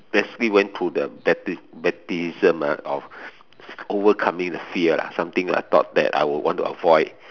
basically went to the bapti~ baptism of overcoming the fear ah something I thought that I would want to avoid